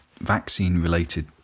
vaccine-related